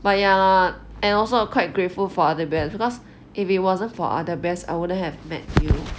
but ya lah and also quite grateful for other best because if it wasn't for other best I wouldn't have met you